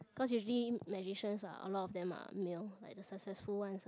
cause usually magicians are a lot of them are male like the successful ones